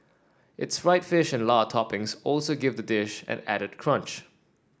its fried fish and lard toppings also give the dish an added crunch